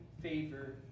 favor